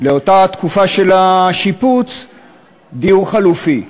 לאותה תקופה של השיפוץ דיור חלופי.